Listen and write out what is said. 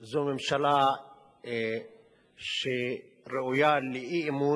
זו ממשלה שראויה לאי-אמון,